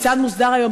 כיצד מוסדר היום,